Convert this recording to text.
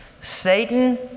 Satan